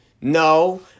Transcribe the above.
No